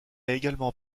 également